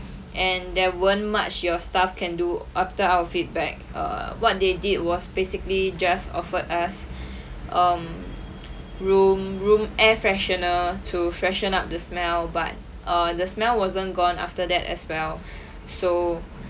and there weren't much your staff can do after our feedback err what they did was basically just offered us um room room air freshener to freshen up the smell but err the smell wasn't gone after that as well so